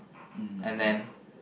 mm okay